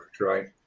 Right